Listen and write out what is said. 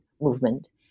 movement